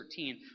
13